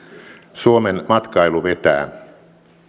suomen matkailu vetää